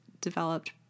developed